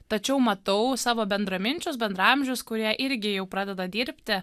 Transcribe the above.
tačiau matau savo bendraminčius bendraamžius kurie irgi jau pradeda dirbti